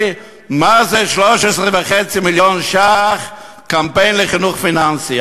מה זה 13.5 מיליון ש"ח קמפיין לחינוך פיננסי.